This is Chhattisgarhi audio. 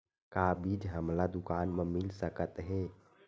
का बीज हमला दुकान म मिल सकत हे?